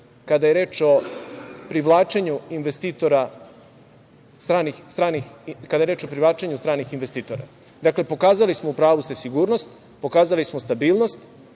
kada je reč o privlačenju stranih investitora. Dakle, pokazali smo, u pravu ste, sigurnost, pokazali smo stabilnost.